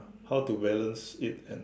how to balance it and